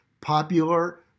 popular